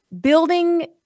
building